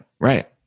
Right